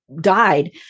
died